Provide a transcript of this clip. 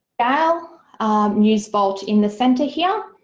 gale news vault in the center here,